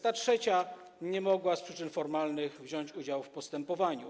Ta trzecia nie mogła z przyczyn formalnych wziąć udziału w postępowaniu.